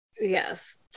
Yes